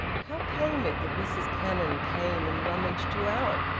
how came it that mrs cannon came and rummaged you out?